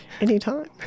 Anytime